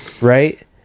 right